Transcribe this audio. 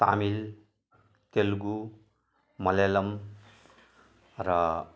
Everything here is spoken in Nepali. तमिल तेलुगु मल्यालम र